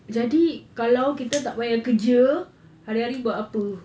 jadi kalau kita tak payah kerja hari-hari buat apa